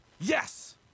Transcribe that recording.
Yes